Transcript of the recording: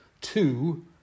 two